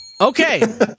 Okay